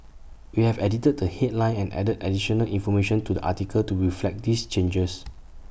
we have edited the headline and added additional information to the article to reflect these changes